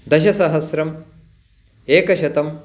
दशसहस्रम् एकशतम्